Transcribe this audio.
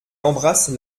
embrasse